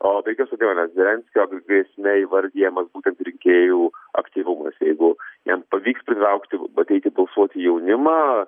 o be jokios abejonės zelenskio grėsme įvardijamas rinkėjų aktyvumas jeigu jam pavyks pritraukti pateikti balsuoti jaunimą